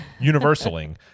universaling